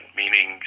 meaning